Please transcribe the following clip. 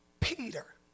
Peter